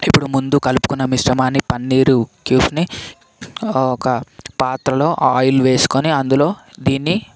ముందు కలుపుకున్న మిశ్రమాన్ని పన్నీరు క్యూబ్ని ఒక పాత్రలో ఆయిల్ వేసుకొని అందులో దీన్ని